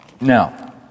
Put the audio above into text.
Now